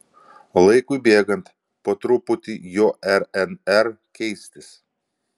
laikui bėgant po truputį jo rnr keistis